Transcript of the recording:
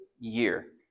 year